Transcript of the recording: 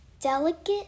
delicate